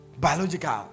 Biological